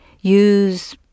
use